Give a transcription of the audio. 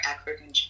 African